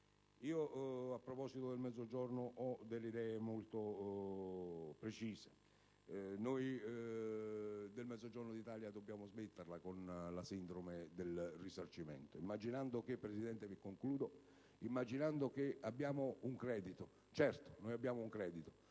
A proposito del Mezzogiorno ho idee molto precise. Nel Mezzogiorno d'Italia bisogna smetterla con la sindrome del risarcimento, immaginando di avere un credito. Certo, abbiamo un credito;